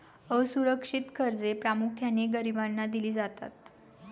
असुरक्षित कर्जे प्रामुख्याने गरिबांना दिली जातात